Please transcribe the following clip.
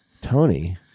Tony